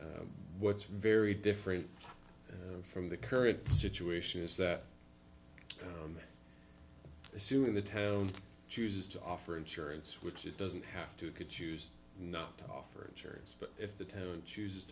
what's very different from the current situation is that assuming the town chooses to offer insurance which it doesn't have to could choose not to offer insurance but if the tone chooses